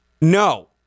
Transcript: No